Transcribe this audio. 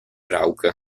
rauca